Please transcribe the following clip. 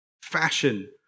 fashion